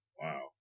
Wow